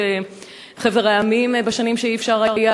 חבר המדינות בשנים שזה לא היה אפשרי,